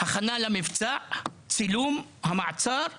הכנה למבצע, צילום המעצר ופרסום.